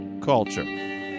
Culture